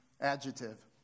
adjective